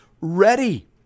ready